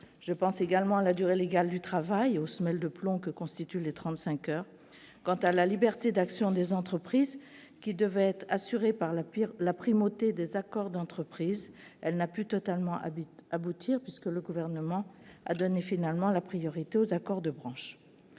Je pense également à la durée légale du travail et aux semelles de plomb que constituent les 35 heures. Quant à la liberté d'action des entreprises, qui devait être assurée par la primauté des accords d'entreprise, elle n'a pu totalement aboutir, puisque le Gouvernement a donné finalement la priorité aux accords de branche.